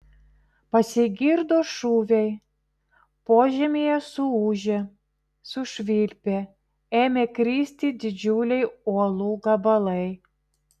pasigirdo šūviai požemyje suūžė sušvilpė ėmė kristi didžiuliai uolų gabalai